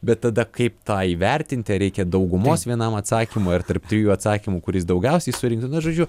bet tada kaip tą įvertinti reikia daugumos vienam atsakymo ir tarp trijų atsakymų kuris daugiausiai surinktų na žodžiu